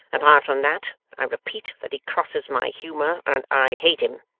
apart from that, i repeat that he crosses my humour, and i hate him.